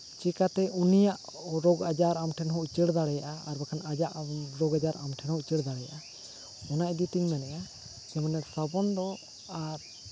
ᱪᱮᱠᱟᱛᱮ ᱩᱱᱤᱭᱟᱜ ᱨᱳᱜᱽᱼᱟᱡᱟᱨ ᱟᱢ ᱴᱷᱮᱱ ᱦᱚᱸ ᱩᱪᱟᱹᱲ ᱫᱟᱲᱮᱭᱟᱜᱼᱟ ᱟᱨ ᱟᱡᱟᱜ ᱨᱳᱜᱽᱼᱟᱡᱟᱨ ᱟᱢ ᱴᱷᱮᱱ ᱦᱚᱸ ᱩᱪᱟᱹᱲ ᱫᱟᱲᱮᱭᱟᱜᱼᱟ ᱚᱱᱟ ᱤᱭᱟᱹᱛᱤᱧ ᱢᱮᱱᱮᱜᱼᱟᱡᱮ ᱢᱟᱱᱮ ᱥᱟᱵᱚᱱ ᱫᱚ ᱟᱨ